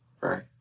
right